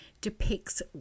depicts